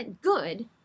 good